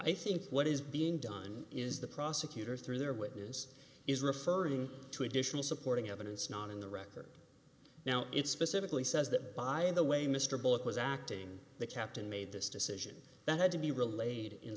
think what is being done is the prosecutors through their witness is referring to additional supporting evidence not in the record now it's specifically says that by the way mr bullock was acting the captain made this decision that had to be related in